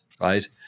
right